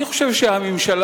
אני חושב שהממשלה,